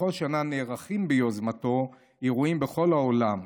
בכל שנה נערכים ביוזמתו אירועים בכל העולם.